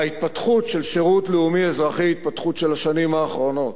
ההתפתחות של שירות לאומי-אזרחי היא התפתחות של השנים האחרונות,